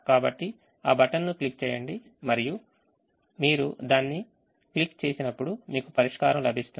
కాబట్టి ఆ బటన్ను క్లిక్ చేయండి మరియు మీరు దాన్నిక్లిక్ చేసినప్పుడు మీకు పరిష్కారం లభిస్తుంది